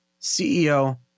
CEO